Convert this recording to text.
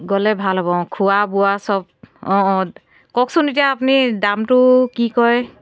গ'লে ভাল হ'ব অঁ খোৱা বোৱা চব অঁ অঁ কওকচোন এতিয়া আপুনি দামটো কি কৰে